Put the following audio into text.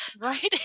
right